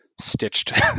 stitched